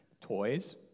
Toys